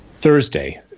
Thursday